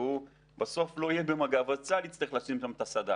ואם בסוף הוא לא יהיה במג"ב אז צה"ל יצטרך לשים שם את הסד"כ,